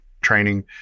training